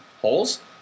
Holes